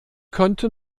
könnte